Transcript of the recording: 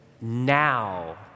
now